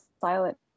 silent